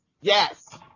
yes